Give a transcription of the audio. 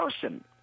person